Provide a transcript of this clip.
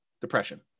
depression